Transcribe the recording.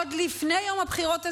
עוד לפני יום הבחירות הזה,